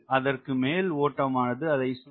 அதற்கு மேல் ஓட்டமானது அதை சுற்றி பிரிந்து செல்கிறது